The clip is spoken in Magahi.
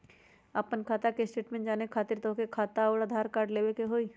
आपन खाता के स्टेटमेंट जाने खातिर तोहके खाता अऊर आधार कार्ड लबे के होइ?